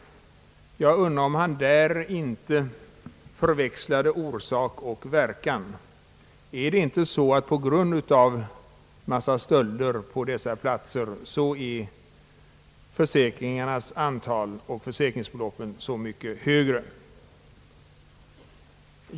Jag undrar om han där inte förväxlat orsak och verkan. Är det inte så att försäkringarnas antal och försäkringsbeloppen på dessa platser är så mycket högre på grund av att det där begås så många stölder?